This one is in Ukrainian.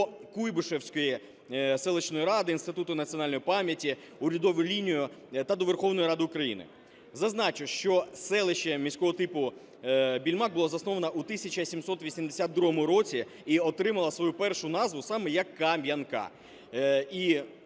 до Куйбишевської селищної ради, Інституту національної пам'яті, урядової лінії та до Верховної Ради України. Зазначу, що селище міського типу Більмак було засновано у 1782 році і отримало свою першу назву саме як Кам'янка,